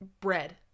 bread